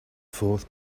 fourth